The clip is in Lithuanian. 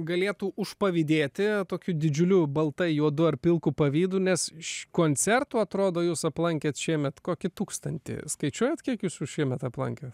galėtų užpavydėti tokiu didžiuliu baltai juodu ar pilku pavydu nes šių koncertų atrodo jūs aplankėt šiemet kokį tūkstantį skaičiuojat kiek jūs jų šiemet aplankėt